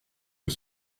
que